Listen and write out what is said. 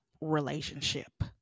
relationship